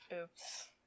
Oops